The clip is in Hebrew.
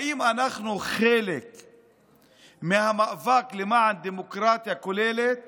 האם אנחנו חלק מהמאבק למען דמוקרטיה כוללת